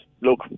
look